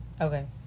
Okay